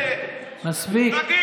נכון,